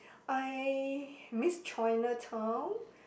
I miss Chinatown